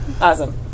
Awesome